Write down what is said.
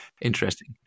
Interesting